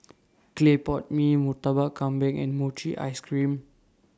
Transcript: Clay Pot Mee Murtabak Kambing and Mochi Ice Cream